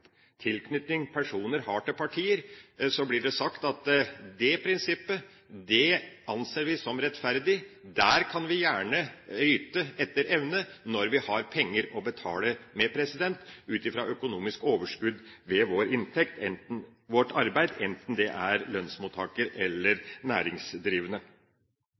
tilknytning personer har til partier, blir det sagt at det prinsippet anser vi som rettferdig. Der kan vi gjerne yte etter evne når vi har penger å betale med, ut fra økonomisk overskudd ved vår inntekt og vårt arbeid, enten det er lønnsmottakere eller næringsdrivende.